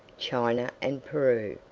china and peru!